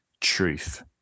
truth